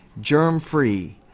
germ-free